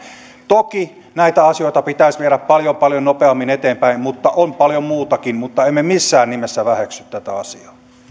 toki näitä asioita pitäisi viedä paljon paljon nopeammin eteenpäin mutta on paljon muutakin mutta emme missään nimessä väheksy